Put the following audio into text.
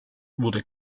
wurde